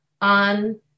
on